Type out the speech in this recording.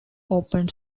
opened